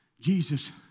Jesus